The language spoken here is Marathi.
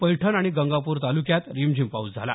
पैठण आणि गंगापूर तालुक्यात रिमझिम पाऊस झाला